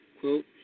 Quote